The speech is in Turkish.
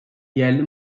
yerli